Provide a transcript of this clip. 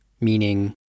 meaning